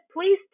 please